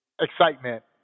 excitement